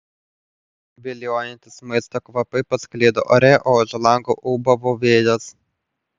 viliojantys maisto kvapai pasklido ore o už lango ūbavo vėjas